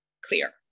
clear